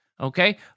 okay